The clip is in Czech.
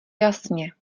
jasně